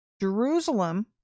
jerusalem